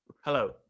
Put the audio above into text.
hello